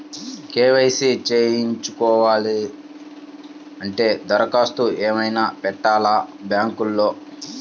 KYC చేయించుకోవాలి అంటే దరఖాస్తు ఏమయినా పెట్టాలా బ్యాంకులో?